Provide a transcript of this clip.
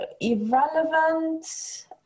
irrelevant